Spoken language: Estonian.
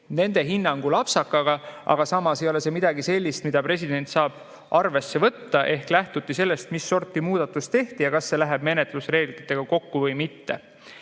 nende hinnangul apsakaga, aga samas ei ole see midagi sellist, mida president saab arvesse võtta. Ehk lähtuti sellest, mis sorti muudatus tehti ja kas see läheb menetlusreeglitega kokku või mitte.